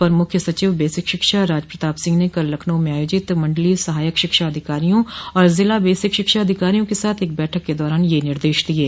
अपर मुख्य सचिव बेसिक शिक्षा राज प्रताप सिंह ने कल लखनऊ में आयोजित मंडलीय सहायक शिक्षा अधिकारियों और जिला बेसिक शिक्षा अधिकारियों के साथ एक बैठक के दौरान यह निर्देश दिये